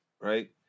Right